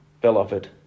beloved